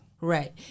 Right